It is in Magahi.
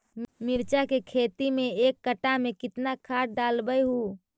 मिरचा के खेती मे एक कटा मे कितना खाद ढालबय हू?